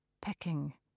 pecking